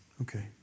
Okay